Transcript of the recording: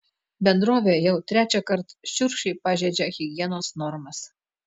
bendrovė jau trečiąkart šiurkščiai pažeidžia higienos normas